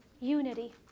unity